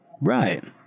Right